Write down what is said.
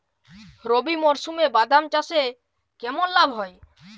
রবি মরশুমে বাদাম চাষে কেমন লাভ হয়?